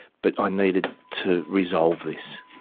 but i needed to resolve this.